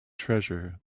treasure